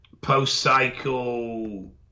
Post-cycle